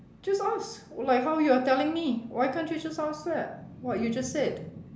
just ask like how you're telling me why can't you just ask that what you just said